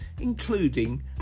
including